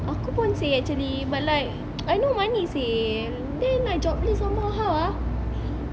aku pun seh actually but like I no money seh then I jobless somemore how ah